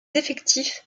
effectifs